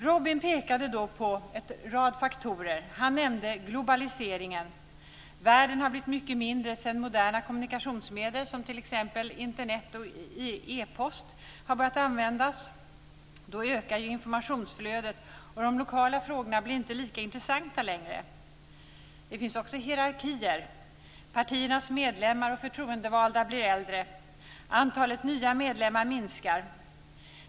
Robin pekade då på en rad faktorer. Han nämnde globaliseringen. Världen har blivit mycket mindre sedan moderna kommunikationsmedel som t.ex. Internet och e-post har börjat användas. Då ökar informationsflödet, och de lokala frågorna blir inte lika intressanta längre. Det finns också hierarkier. Partiernas medlemmar och förtroendevalda blir äldre. Antalet nya medlemmar minskar.